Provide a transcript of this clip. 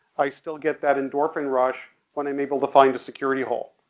i still get that endorphin rush when i'm able to find a security hole.